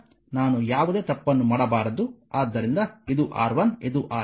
ಆದ್ದರಿಂದ ಇದು R1 ಇದು R2 ಇದು R3 ಈಗ ಅದು ಸರಿ